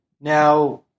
Now